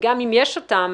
וגם אם יש אותן,